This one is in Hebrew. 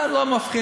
אני לא מבחין.